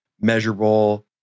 measurable